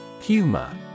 Humor